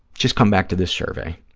just come back to this survey.